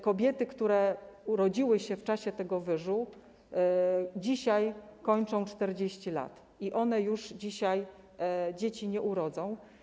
Kobiety, które urodziły się w czasie tego wyżu, dzisiaj kończą 40 lat i one już dzisiaj dzieci nie urodzą.